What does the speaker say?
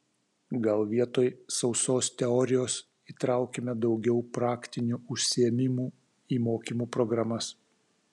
gal vietoj sausos teorijos įtraukime daugiau praktinių užsiėmimų į mokymo programas